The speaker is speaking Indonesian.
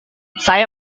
saya